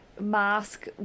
mask